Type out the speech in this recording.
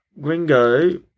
gringo